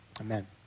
Amen